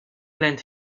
lent